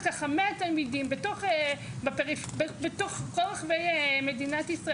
ככה 100 תלמידים בתוך בפריפריה בתוך כל רחבי מדינת ישראל,